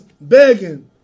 begging